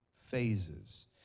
phases